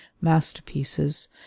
masterpieces